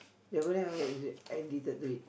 addicted to it